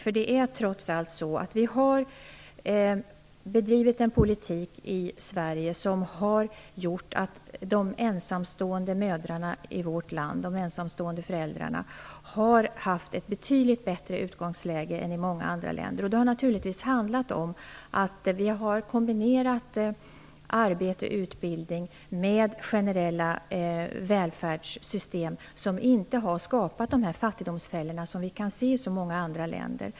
Vi har trots allt i Sverige bedrivit en politik som har gjort att de ensamstående mödrarna, de ensamstående föräldrarna, i vårt land har haft ett betydligt bättre utgångsläge än man har i många andra länder. Det har naturligtvis handlat om att vi har kombinerat arbete/utbildning med generella välfärdssystem, som inte har skapat de fattigdomsfällor som vi kan se i så många andra länder.